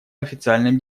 официальным